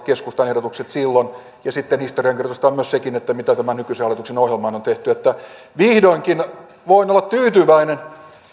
keskustan ehdotukset silloin sitten historiankirjoitusta on myös sekin mitä tämän nykyisen hallituksen ohjelmaan on tehty vihdoinkin voin olla tyytyväinen